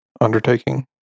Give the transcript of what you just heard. undertaking